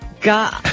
God